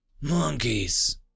monkeys